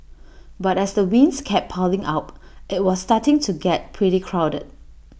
but as the wins kept piling up IT was starting to get pretty crowded